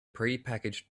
prepackaged